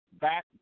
back